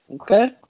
Okay